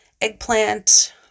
eggplant